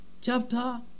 chapter